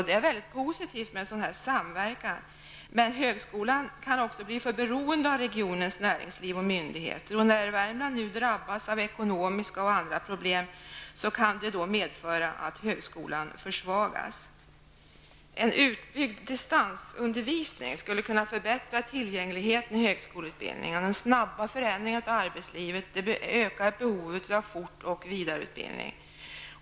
Det är mycket positivt med den samverkan som vuxit fram, men högskolan kan också bli för beroende av regionens näringsliv och myndigheter. När Värmlands drabbas av ekonomiska och andra problem kan det medföra att även högskolan försvagas. En utbyggd distansundervisning skulle förbättra tillgängligheten i högskoleutbildningen. Den snabba förändringen i arbetslivet ökar behovet av fort och vidareutbildning.